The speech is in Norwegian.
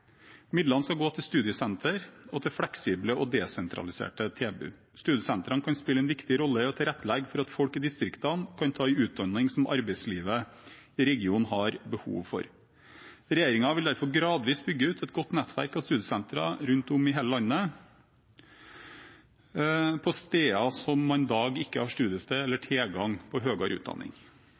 Midlene skal gå til studiesentre og til fleksible og desentraliserte tilbud. Studiesentrene kan spille en viktig rolle i å tilrettelegge for at folk i distriktene kan ta en utdanning som arbeidslivet i regionen har behov for. Regjeringen vil derfor gradvis bygge ut et godt nettverk av studiesentre rundt om i hele landet, på steder som i dag ikke har studiested eller tilgang på høyere utdanning.